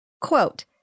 Quote